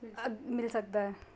ਮਿਲ ਸਕਦਾ ਹੈ